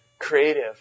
creative